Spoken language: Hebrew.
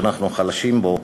שאנחנו חלשים בו,